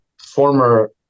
former